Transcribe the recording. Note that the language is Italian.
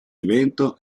evento